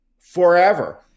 forever